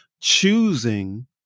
choosing